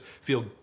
feel